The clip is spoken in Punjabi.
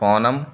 ਫੋਨਮ